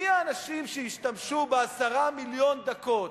מי האנשים שישתמשו ב-10 מיליון דקות?